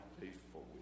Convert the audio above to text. faithful